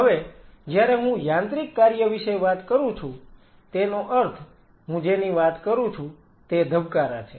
હવે જ્યારે હું યાંત્રિક કાર્ય વિશે વાત કરું છું તેનો અર્થ હું જેની વાત કરું છું તે ધબકારા છે